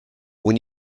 when